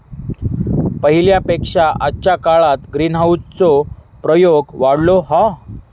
पहिल्या पेक्षा आजच्या काळात ग्रीनहाऊस चो प्रयोग वाढलो हा